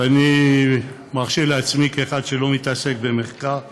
ואני מרשה לעצמי, כאחד שלא מתעסק במחקר בכלל,